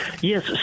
Yes